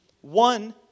One